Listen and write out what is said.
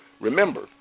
remember